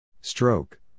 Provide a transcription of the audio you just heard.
Stroke